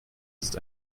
ist